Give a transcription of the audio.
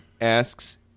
asks